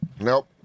Nope